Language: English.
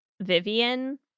Vivian